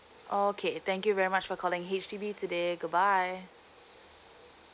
okay thank you very much for calling H_D_B today goodbye